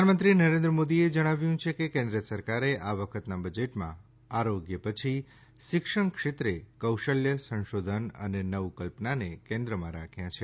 પ્રધાનમંત્રી નરેન્દ્ર મોદીએ જણાવ્યું છે કે કેન્દ્ર સરકારે આ વખતના બજેટમાં આરોગ્ય પછી શિક્ષણ ક્ષેત્રે કૌશલ્ય સંશોધન અને નવકલ્પનાને કેન્દ્રમાં રાખ્યા છે